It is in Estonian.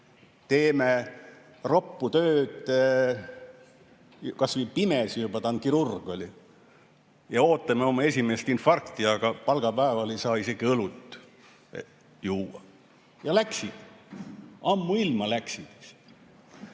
teeme roppu tööd kas või pimesi juba – ta on kirurg – ja ootame oma esimest infarkti, aga palgapäeval ei saa isegi õlut juua. Ja läksid. Ammuilma läksid.